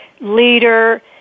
leader